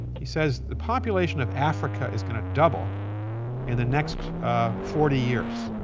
he says the population of africa is going to double in the next forty years.